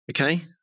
Okay